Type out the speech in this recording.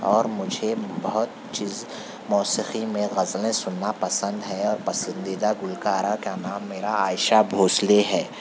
اور مجھے بہت چیز موسیقی میں غزلیں سننا پسند ہے اور پسندیدہ گلوکارہ کا نام میرا عائشہ بھونسلے ہے